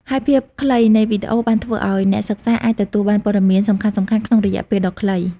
ហើយភាពខ្លីនៃវីដេអូបានធ្វើឲ្យអ្នកសិក្សាអាចទទួលបានព័ត៌មានសំខាន់ៗក្នុងរយៈពេលដ៏ខ្លី ។